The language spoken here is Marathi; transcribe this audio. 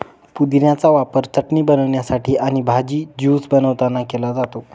पुदिन्याचा वापर चटणी बनवण्यासाठी आणि भाजी, ज्यूस बनवतांना केला जातो